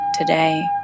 today